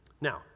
Now